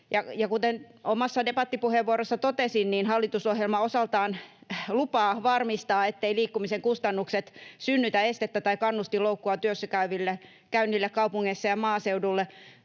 kuten omassa debattipuheenvuorossani totesin, hallitusohjelma osaltaan lupaa varmistaa, ettei liikkumisen kustannukset synnytä estettä tai kannustinloukkua työssäkäynnille kaupungeissa ja maaseudulla,